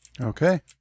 okay